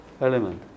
element